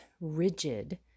rigid